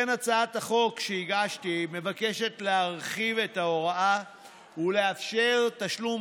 הצעת החוק שהגשתי מבקשת להרחיב את ההוראה ולאפשר תשלום